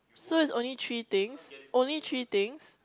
so it's only three things only three things